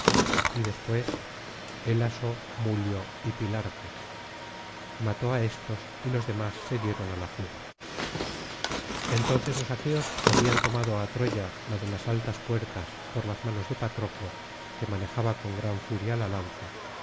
y después elaso mulio y pilarles mató á éstos y los demás se dieron á la fuga entonces los aqueos habrían tomado á troya la de altas puertas por las manos de patroclo que manejaba con gran furia la lanza